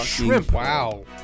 Wow